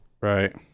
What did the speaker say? Right